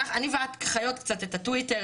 אני ואת חיות קצת את הטוויטר,